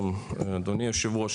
ואדוני היושב-ראש,